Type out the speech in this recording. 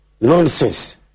nonsense